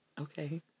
okay